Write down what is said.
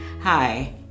Hi